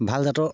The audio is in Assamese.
ভাল জাতৰ